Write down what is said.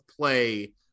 play